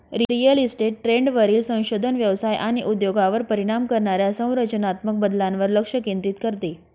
real estate ट्रेंडवरील संशोधन व्यवसाय आणि उद्योगावर परिणाम करणाऱ्या संरचनात्मक बदलांवर लक्ष केंद्रित करते